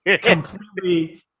completely